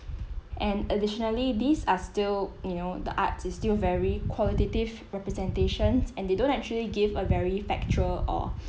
and additionally these are still you know the arts is still very qualitative representations and they don't actually give a very factual or